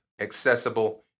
accessible